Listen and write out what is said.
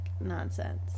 nonsense